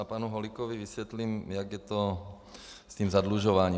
Panu Holíkovi vysvětlím, jak je to se zadlužováním.